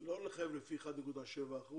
לפי 1.7%,